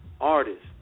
artists